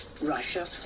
Russia